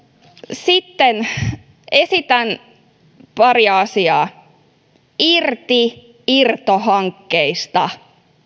sitten esitän paria asiaa irti irtohankkeista